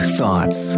Thoughts